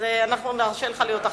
אז אנחנו נרשה לך להיות אחרון.